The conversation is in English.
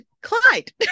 Clyde